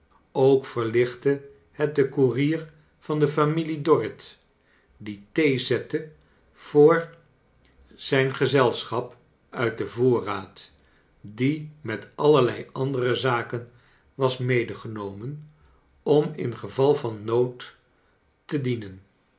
ook verlichtte het den koerier van de familie dorrit die thee zette voor zijn gezelschap uit den voorraad die met allerlei andere zaken was medegenomen om in geval van nood te dienen